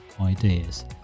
ideas